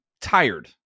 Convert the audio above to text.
tired